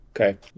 Okay